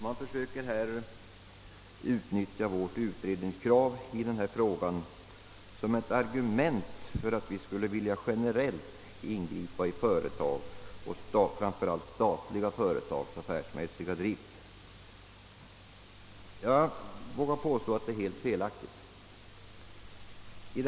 Man försöker utnyttja vårt utredningskrav i denna fråga för att bevisa att vi generellt skulle vilja ingripa i framför allt statliga företags affärsmässiga drift. Jag vågar påstå att det är helt felaktigt.